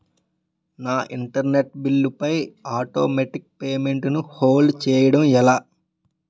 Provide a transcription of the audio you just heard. నా internet bill పై automatic payment ను హోల్డ్ చేయటం ఎలా?